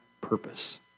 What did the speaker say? purpose